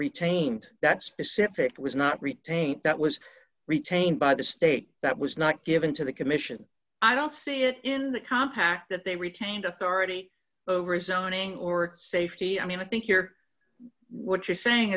retained that specific was not retained that was retained by the state that was not given to the commission i don't see it in that compact that they retained authority over a zoning or safety i mean i think here what you're saying